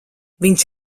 viņš